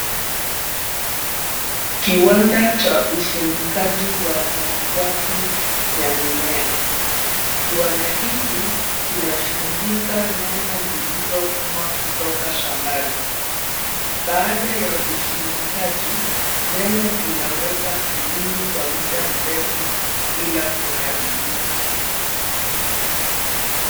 Kiwanda cha usindikaji wa malighafi ya mimea. Kiwanda hiki kinasindika nyanya zilizovunwa kutoka shambani. Baada ya usindikaji, nyanya zinaweza kudumu kwa muda mrefu bila kuharibika.